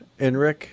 Enric